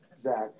Zach